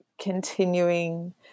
continuing